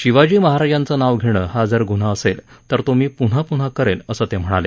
शिवाजी महाराजांचं नाव घेणं हा जर गुन्हा असेल तर तो मी पुन्हा पुन्हा करेन असं ते म्हणाले